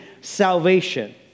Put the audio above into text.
salvation